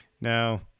Now